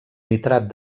nitrat